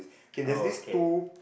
oh okay